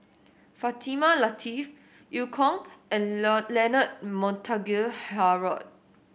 Fatimah Lateef Eu Kong and Leonard Montague Harrod